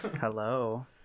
Hello